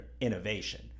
innovation